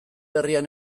herrian